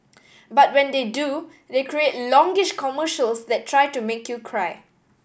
but when they do they create longish commercials that try to make you cry